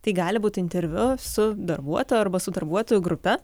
tai gali būti interviu su darbuotoju arba su darbuotojų grupe